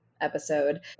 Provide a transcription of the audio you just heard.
episode